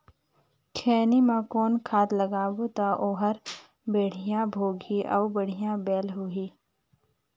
खैनी मा कौन खाद लगाबो ता ओहार बेडिया भोगही अउ बढ़िया बैल होही?